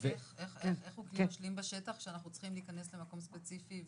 איך הוא כלי משלים בשטח כשאנחנו צריכים להיכנס למקום ספציפי?